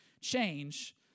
change